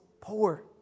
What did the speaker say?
poor